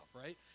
right